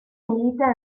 milita